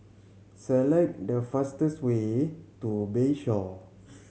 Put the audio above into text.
select the fastest way to Bayshore